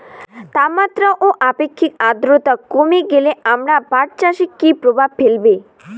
তাপমাত্রা ও আপেক্ষিক আদ্রর্তা কমে গেলে আমার পাট চাষে কী প্রভাব ফেলবে?